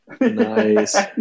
Nice